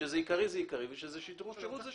כשזה עיקרי זה עיקרי, כשזה שירות זה שירות.